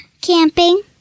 Camping